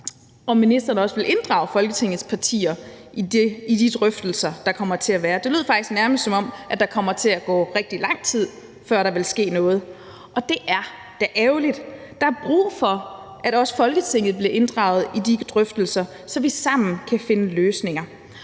om ministeren også vil inddrage Folketingets partier i de drøftelser, der kommer til at være. Det lød faktisk nærmest, som om der kommer til at gå rigtig lang tid, før der vil ske noget, og det er da ærgerligt. Der er brug for, at også Folketinget bliver inddraget i de drøftelser, så vi sammen kan finde løsninger.